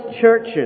churches